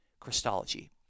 Christology